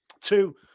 Two